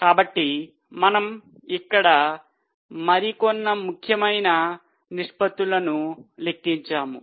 కాబట్టి మనం ఇక్కడ కొన్ని ముఖ్యమైన నిష్పత్తులను లెక్కించాము